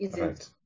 Right